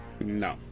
No